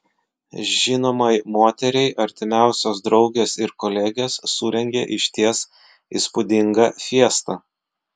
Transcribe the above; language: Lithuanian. žinomai moteriai artimiausios draugės ir kolegės surengė išties įspūdingą fiestą